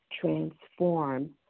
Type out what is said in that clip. transform